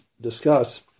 discuss